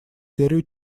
серию